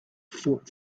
fought